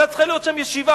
היתה צריכה להיות שם ישיבה,